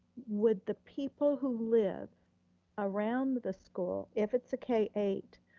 would the people who live around the school, if it's a k eight,